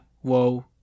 whoa